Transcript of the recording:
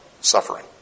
suffering